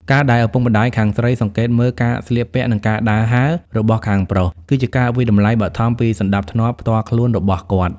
ការដែលឪពុកម្ដាយខាងស្រីសង្កេតមើល "ការស្លៀកពាក់ និងការដើរហើរ" របស់ខាងប្រុស គឺជាការវាយតម្លៃបឋមពីសណ្ដាប់ធ្នាប់ផ្ទាល់ខ្លួនរបស់គាត់។